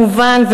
מובן,